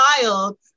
child